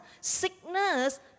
Sickness